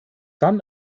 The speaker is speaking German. dann